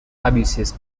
abuses